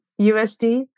USD